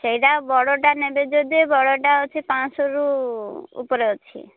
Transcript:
ସେଇଟା ବଡ଼ଟା ନେବେ ଯଦି ବଡ଼ଟା ଅଛି ପାଞ୍ଚ ଶହରୁ ଉପରେ ଅଛି